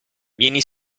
vieni